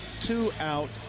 two-out